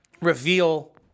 reveal